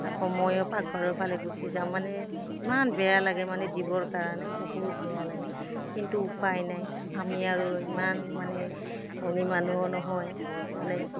আকৌ ময়ো পাকঘৰৰ ফালে গুচি যাওঁ মানে ইমান বেয়া লাগে মানে দিবৰ কাৰণে বহুত বেয়া লাগে কিন্তু উপায় নাই আমি আৰু ইমান মানে ধনী মানুহো নহয় মানে